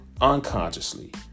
unconsciously